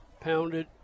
Pounded